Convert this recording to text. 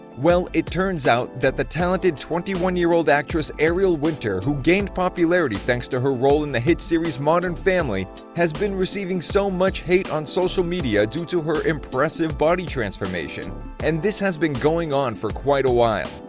well, it turns out that the talented twenty one year old actress, ariel winter, who gained popularity thanks to her role in the hit series modern family, has been receiving so much hate on social media due to her impressive body transformation and this has been going on for quite a while!